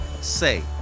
Say